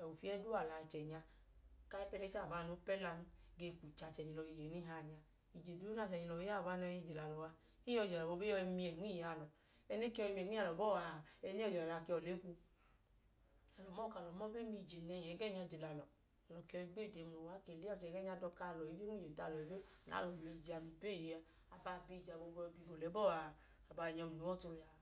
Ofiyẹ duu alọ noo wẹ achẹnya, ku ayipẹnẹnchẹ abalọbanya noo po ẹlan ge kwu che achẹnyilọ i yẹ eni hawọ nya, ije duu na achẹnyilọ i ya abalọbanya ne yọi je lẹ alọ a, e yọi je lẹ alọ boobu, e yọi miyẹ nma iye alọ. Ẹẹ ne ke yọi miyẹ nma iye alọ bọọ a, ẹẹ ne ke yọi je alọ a wẹ ọlekwu. Alọ mọọ ka e lẹ ẹdọ ije nẹhi ẹgẹẹnya je lẹ alọ, alọ ke yọi gwede ka ee ọchẹnyilọ ẹgẹẹnya dọka alọ ibiyoo, o nmo ije tu alọ ibiyoo nẹ alọ miyẹ ije a ipu eeye a. Abaa bi ije a yọi nyọ mla ọọ bọọ yọi ga inu ọlẹ uwọ a.